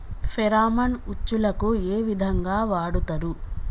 Pheromone ఉచ్చులకు ఏ విధంగా వాడుతరు?